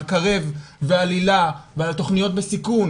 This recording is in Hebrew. על "קרב" ועל היל"ה ועל תוכניות בסיכון